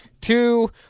two